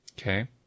Okay